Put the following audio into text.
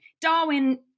Darwin